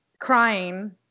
crying